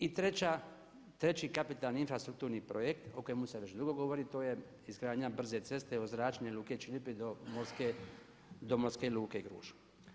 I treći kapitalni infrastrukturni projekt o kojem se već dugo govori to je izgradnja brze ceste od zračne luke Čilipi do morske luke Gruž.